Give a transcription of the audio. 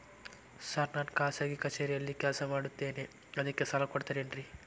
Sir ನಾನು ಖಾಸಗಿ ಕಚೇರಿಯಲ್ಲಿ ಕೆಲಸ ಮಾಡುತ್ತೇನೆ ಅದಕ್ಕೆ ಸಾಲ ಕೊಡ್ತೇರೇನ್ರಿ?